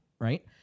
right